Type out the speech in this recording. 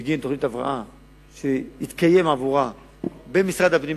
בגין תוכנית הבראה שתתקיים בעבורה במשרד הפנים,